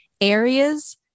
areas